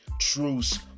Truce